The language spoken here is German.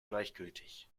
gleichgültig